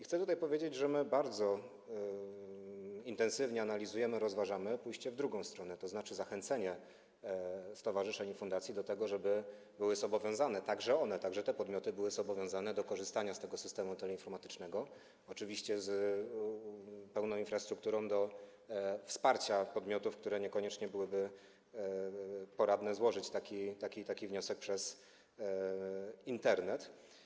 Chcę tutaj powiedzieć, że bardzo intensywnie analizujemy, rozważamy pójście w drugą stronę, tzn. zachęcenie stowarzyszeń i fundacji do tego, żeby były zobowiązane, także one, także te podmioty były zobowiązane do korzystania z systemu teleinformatycznego, oczywiście z pełną infrastrukturą wsparcia podmiotów, które niekoniecznie byłyby na tyle poradne, by złożyć taki wniosek przez Internet.